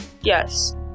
yes